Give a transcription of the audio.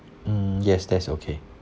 mm yes that's okay